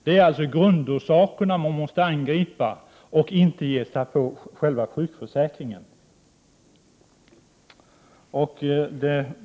Det är alltså grundorsakerna man måste angripa i stället för att ge sig på själva sjukförsäkringen.